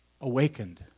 awakened